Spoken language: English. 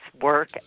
work